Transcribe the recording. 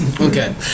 Okay